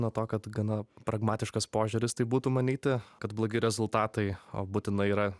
nuo to kad gana pragmatiškas požiūris taip būtų manyti kad blogi rezultatai o būtinai yra